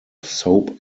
soap